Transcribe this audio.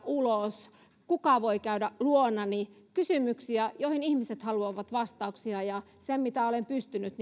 ulos kuka voi käydä luonani kysymyksiä joihin ihmiset haluavat vastauksia ja sen mitä olen pystynyt